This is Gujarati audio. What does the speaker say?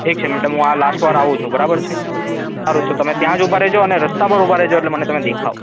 ઠીક છે મેડમ હું આ લાસ્ટ વાર આવું છું બરાબર છે સારું તો તમે ત્યાં જ ઊભા રહેજો ને રસ્તા પર ઊભા રહેજો એટલે મને તમે દેખાવ